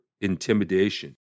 intimidation